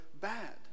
bad